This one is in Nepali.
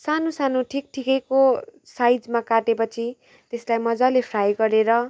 सानो सानो ठिक ठिकैको साइजमा काटेपछि त्यसलाई मज्जाले फ्राई गरेर